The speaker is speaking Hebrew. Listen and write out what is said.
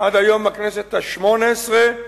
עד היום בכנסת השמונה-עשרה,